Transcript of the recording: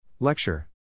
Lecture